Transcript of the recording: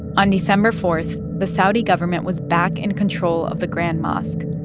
on december four, the saudi government was back in control of the grand mosque,